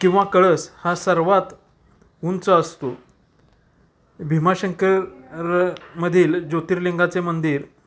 किंवा कळस हा सर्वात उंच असतो भीमाशंकर मधील ज्योतिर्लिंगाचे मंदिर